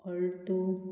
alto